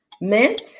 mint